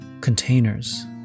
containers